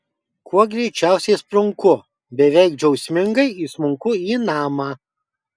kuo greičiausiai sprunku beveik džiaugsmingai įsmunku į namą